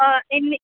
ఎన్ని